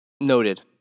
Noted